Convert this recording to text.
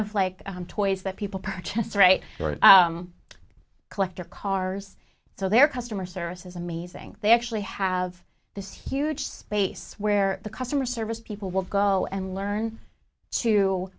of like toys that people purchase right collector cars so their customer service is amazing they actually have this huge space where the customer service people will go and learn to